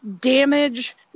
damage